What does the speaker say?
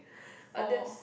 but there's